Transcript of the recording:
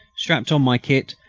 strapped on my kit,